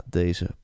deze